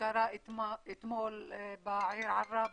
שקרה אתמול בעיר עראבה,